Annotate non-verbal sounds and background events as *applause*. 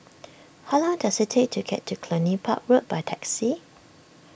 *noise* how long does it take to get to Cluny Park Road by taxi